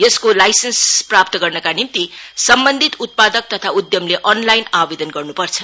यसको लइसेन्स प्राप्त गर्नका निम्ति सम्बन्धित उत्पादक तथा उघमले अनलाइन आवेदन गर्न्पर्छ